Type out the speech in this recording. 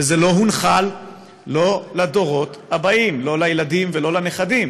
וזה לא הונחל לדורות הבאים, לא לילדים ולא לנכדים.